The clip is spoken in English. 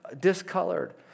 discolored